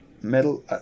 metal